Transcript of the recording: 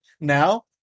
Now